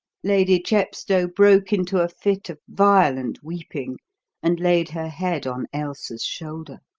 lady chepstow broke into a fit of violent weeping and laid her head on ailsa's shoulder.